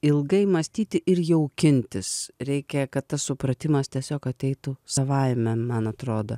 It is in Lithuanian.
ilgai mąstyti ir jaukintis reikia kad tas supratimas tiesiog ateitų savaime man atrodo